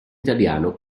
italiano